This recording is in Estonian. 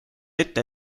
ette